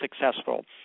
successful